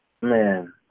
Man